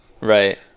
Right